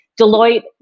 Deloitte